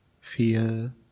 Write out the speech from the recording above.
fear